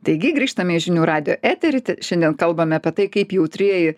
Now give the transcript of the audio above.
taigi grįžtame į žinių radijo eterį šiandien kalbame apie tai kaip jautrieji